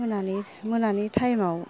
मोनानि मोनानि टाइमाव